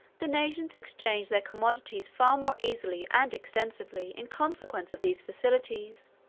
the nations exchanged their commodities far more easily and extensively in consequence of these facilities,